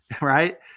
right